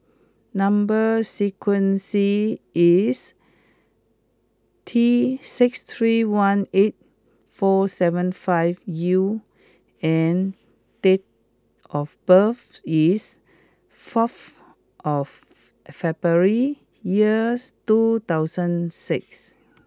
number sequence is T six three one eight four seven five U and date of birth is four of February years two thousand six